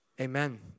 Amen